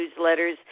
newsletters